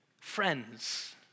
friends